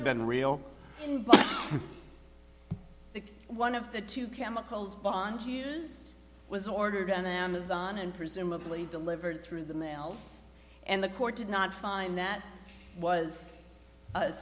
had been real and the one of the two chemicals bond hughes was ordered on amazon and presumably delivered through the mail and the court did not find that was